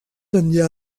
enllà